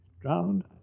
drowned